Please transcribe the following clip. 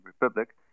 Republic